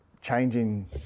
changing